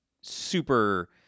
super